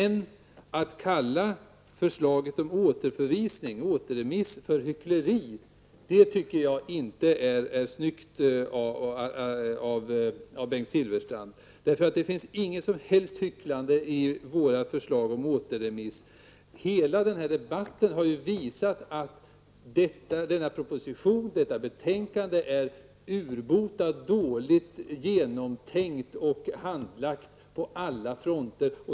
Men att kalla förslaget om återremiss för hyckleri tycker jag inte är snyggt gjort av Bengt Silfverstrand. Det finns nämligen inget som helst hycklande i våra förslag om återremiss. Hela denna debatt har ju visat att denna proposition och detta betänkande är urbota dåligt genomtänkt och handlagt på alla fronter.